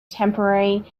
temporary